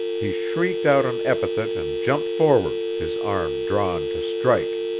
he shrieked out an epithet and jumped forward, his arm drawn to strike.